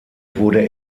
wurde